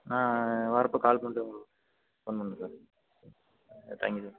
நான் வரப்போ கால் பண்ணிட்டு உங்களுக்கு ஃபோன் பண்ணுறேன் sir sir thank you sir